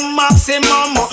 maximum